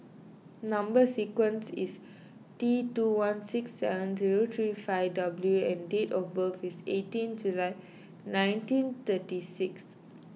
Number Sequence is T two one six seven zero three five W and date of birth is eighteen July nineteen thirty six